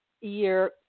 year